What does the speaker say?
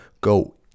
go